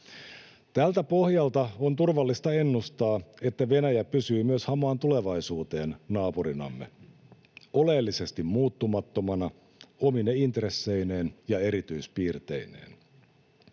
Tältä pohjalta on turvallista ennustaa, että Venäjä pysyy myös hamaan tulevaisuuteen naapurinamme oleellisesti muuttumattomana, omine intresseineen ja erityispiirteineen.